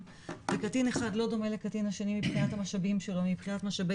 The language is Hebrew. וקטין אחד לא דומה לקטין השני מבחינת המשאבים שלו מבחינת משאבי